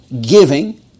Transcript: giving